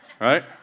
right